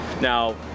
Now